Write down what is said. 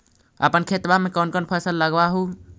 अपन खेतबा मे कौन कौन फसल लगबा हू?